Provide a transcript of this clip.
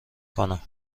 کنم